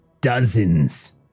Dozens